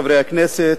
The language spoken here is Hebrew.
חברי הכנסת,